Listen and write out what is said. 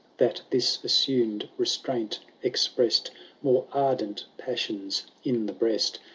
that this assum'd restraint expreasm more ardent passions in the breast,